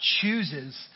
chooses